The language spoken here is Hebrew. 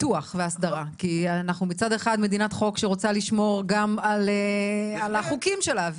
כי אנחנו מצד אחד מדינת חוק שרוצה לשמור גם על החוקים שלה.